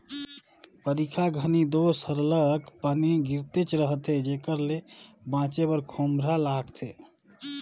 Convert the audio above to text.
बरिखा घनी दो सरलग पानी गिरतेच रहथे जेकर ले बाचे बर खोम्हरा लागथे